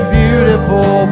beautiful